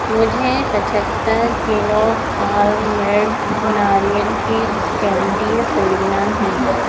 مجھے پچہتر kilo farm made ناریل کی کینڈی خریدنا ہے